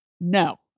No